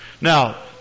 Now